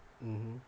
mm mm